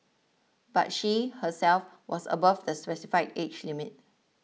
but she herself was above the specified age limit